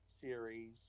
series